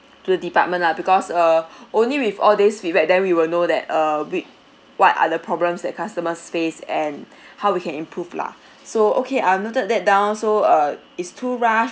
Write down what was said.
to the department lah because err only with all this feedback then we will know that err weak what are the problems that customers face and how we can improve lah so okay I've noted that down so uh is too rush